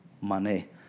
money